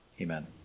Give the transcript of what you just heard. Amen